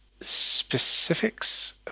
specifics